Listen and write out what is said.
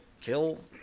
kill